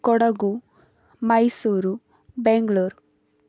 Kodagu Mysuru Bengaluru